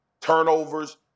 turnovers